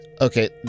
Okay